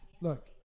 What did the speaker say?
look